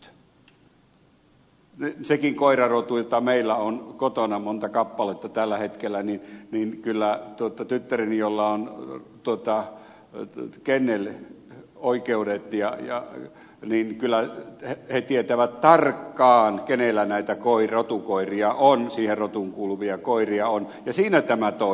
siitäkin koirarodusta jota meillä on kotona monta kappaletta tällä hetkellä kyllä tyttäreni jolla on tuota lt kenelle oikeudet ja rajat niin kyllä kenneloikeudet tietää tarkkaan kenellä siihen rotuun kuuluvia koiria on ja siinä tämä toimii